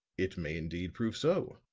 it may indeed prove so,